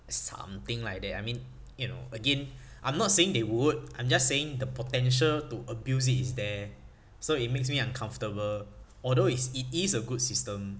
something like that I mean you know again I'm not saying they would I'm just saying the potential to abuse it is there so it makes me uncomfortable although it's it is a good system